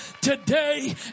today